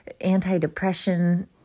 anti-depression